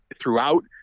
throughout